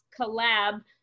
collab